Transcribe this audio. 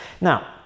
Now